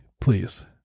please